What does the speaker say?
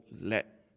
let